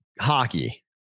hockey